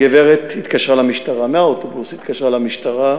הגברת התקשרה למשטרה, מהאוטובוס התקשרה למשטרה.